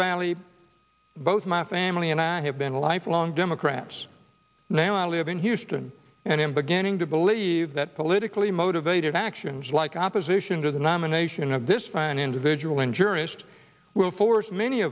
valley both my family and i have been a lifelong democrats now i live in houston and am beginning to believe that politically motivated actions like opposition to the nomination of this by an individual in jurist will force many